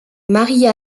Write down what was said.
marie